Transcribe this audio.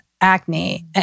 acne